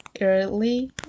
early